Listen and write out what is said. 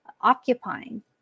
occupying